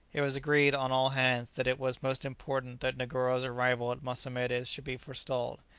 it was agreed on all hands that it was most important that negoro's arrival at mossamedes should be forestalled.